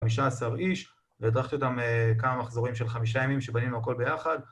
15 איש, והדרכתי אותם כמה מחזורים של חמישה ימים שבנינו הכל ביחד